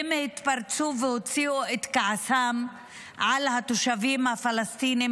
הם התפרצו והוציאו את כעסם על התושבים הפלסטינים